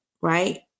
right